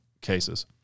cases